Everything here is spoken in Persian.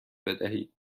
بدهید